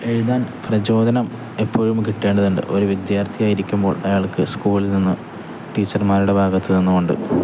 എഴുതാൻ പ്രചോദനം എപ്പോഴും കിട്ടേണ്ടതുണ്ട് ഒരു വിദ്യാർത്ഥിയായിരിക്കുമ്പോൾ അയാൾക്ക് സ്കൂളിൽ നിന്ന് ടീച്ചർമാരുടെ ഭാഗത്തു നിന്നുകൊണ്ട്